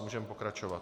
Můžeme pokračovat.